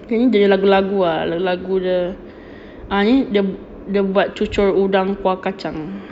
ini dia punya lagu-lagu lah lagu-lagu dia ah ni dia dia buat cucur udang kuah kacang